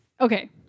Okay